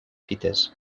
fites